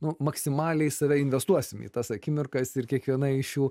nu maksimaliai save investuosim į tas akimirkas ir kiekviena iš jų